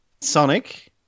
Sonic